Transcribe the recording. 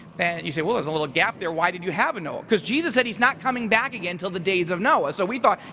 you say, well, there's a little gap there. why did you have a noah? cause jesus said he's not coming back again until the days of noah. so we thought,